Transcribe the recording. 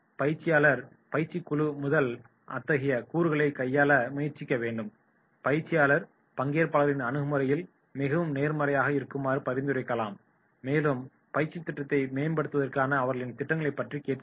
பயிற்சியாளர் பயிற்சி குழு மூலம் அத்தகைய கூறுகளைக் கையாள முயற்சிக்க வேண்டும் பயிற்சியாளர் பங்கேற்பாளர்ககளின் அணுகுமுறையில் மிகவும் நேர்மறையாக இருக்குமாறு பரிந்துரைக்கலாம் மேலும் பயிற்சித் திட்டத்தை மேம்படுத்துவதற்கான அவர்களின் திட்டங்களைப் பற்றி கேட்க வேண்டும்